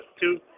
two